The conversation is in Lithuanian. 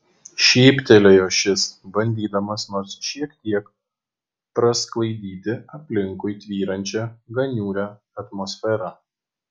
šyptelėjo šis bandydamas nors šiek tiek prasklaidyti aplinkui tvyrančią gan niūrią atmosferą